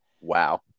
wow